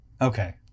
Okay